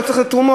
לא צריך תרומות.